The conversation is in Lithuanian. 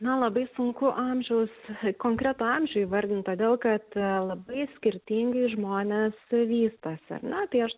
na labai sunku amžius konkretų amžių vardint todėl kad labai skirtingai žmonės vystosi ar ne tai aš